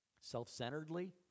self-centeredly